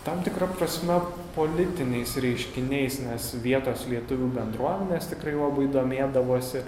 tam tikra prasme politiniais reiškiniais nes vietos lietuvių bendruomenės tikrai labai domėdavosi